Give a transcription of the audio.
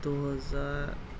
دو ہزار